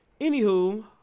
anywho